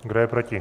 Kdo je proti?